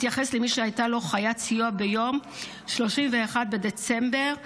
תתייחס למי שהייתה לו חיית סיוע ביום 31 בדצמבר 2024,